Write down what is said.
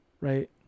Right